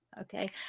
okay